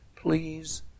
Please